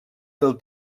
del